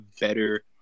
better